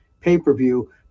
pay-per-view